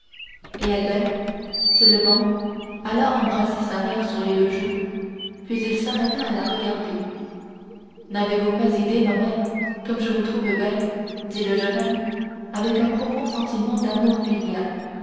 et albert se levant alla embrasser sa mère sur les deux joues puis il s'arrêta à la regarder vous n'avez pas idée ma mère comme je vous trouve belle dit le jeune homme avec un profond sentiment d'amour filial